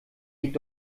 liegt